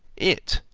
it,